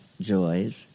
joys